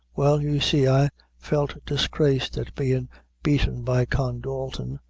well, you see, i felt disgraced at bein' beaten by con dalton,